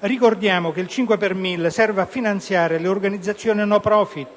Ricordiamo che il 5 per mille serve a finanziare le organizzazioni *no profit*